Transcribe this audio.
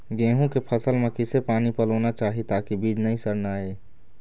गेहूं के फसल म किसे पानी पलोना चाही ताकि बीज नई सड़ना ये?